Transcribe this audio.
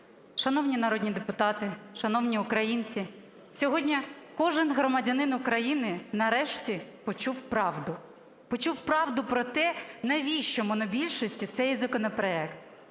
Шановні народні депутати, шановні українці, сьогодні кожен громадянин України нарешті почув правду. Почув правду про те, навіщо монобільшості цей законопроект.